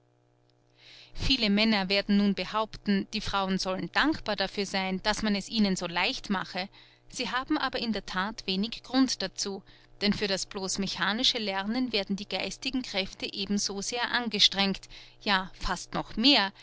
viele männer werden nun behaupten die frauen sollten dankbar dafür sein daß man es ihnen so leicht mache sie haben aber in der that wenig grund dazu denn für das blos mechanische lernen werden die geistigen kräfte eben so sehr angestrengt ja fast noch mehr